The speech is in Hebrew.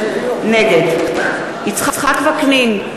נגד יצחק וקנין,